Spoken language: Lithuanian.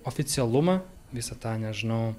oficialumą visą tą nežinau